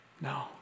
no